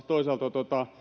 toisaalta